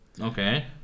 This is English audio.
Okay